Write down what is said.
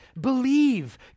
believe